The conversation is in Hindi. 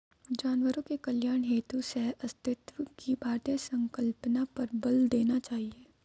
जानवरों के कल्याण हेतु सहअस्तित्व की भारतीय संकल्पना पर बल देना चाहिए